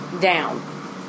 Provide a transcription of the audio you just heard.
down